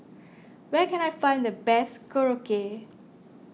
where can I find the best Korokke